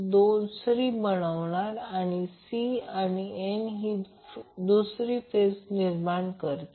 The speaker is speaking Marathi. तर या तीन केस तेथे आहेत